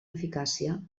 eficàcia